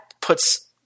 puts